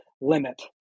limit